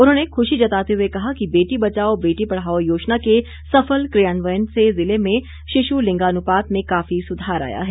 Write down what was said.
उन्होंने खुशी जताते हुए कहा कि बेटी बचाओ बेटी पढ़ाओं योजना के सफल क्रियान्वयन से जिले में शिशु लिंगानुपात में काफी सुधार आया है